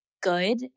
good